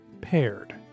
Paired